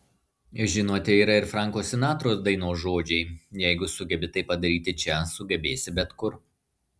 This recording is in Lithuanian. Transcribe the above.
žinote yra ir franko sinatros dainos žodžiai jeigu sugebi tai padaryti čia sugebėsi bet kur